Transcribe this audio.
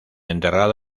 enterrado